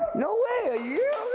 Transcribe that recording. no way, a year